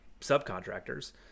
subcontractors